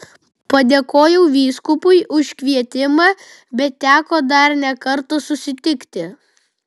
padėkojau vyskupui už kvietimą bet teko dar ne kartą susitikti